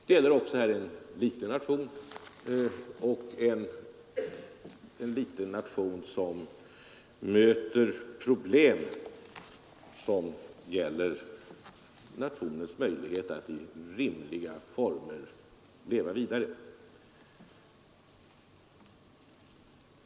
Det gäller ju en liten nation, som möter problem som gäller nationens möjlighet att i rimliga former leva vidare.